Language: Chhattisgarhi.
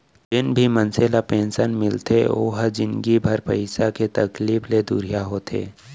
जेन भी मनसे ल पेंसन मिलथे ओ ह जिनगी भर पइसा के तकलीफ ले दुरिहा होथे